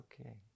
okay